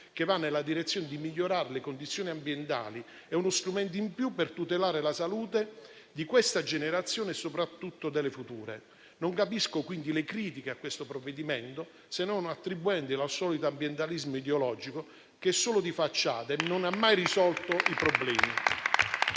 che va nella direzione di migliorare le condizioni ambientali è uno strumento in più per tutelare la salute di questa generazione e soprattutto delle future. Non capisco quindi le critiche a questo provvedimento, se non attribuendole al solito ambientalismo ideologico, che è solo di facciata e non ha mai risolto i problemi.